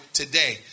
today